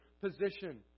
position